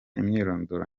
imyirondoro